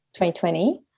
2020